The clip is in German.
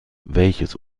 welches